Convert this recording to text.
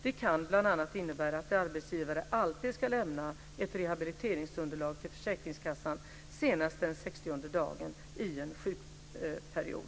Det kan bl.a. innebära att arbetsgivare alltid ska lämna ett rehabiliteringsunderlag till försäkringskassan senast den sextionde dagen i en sjukperiod.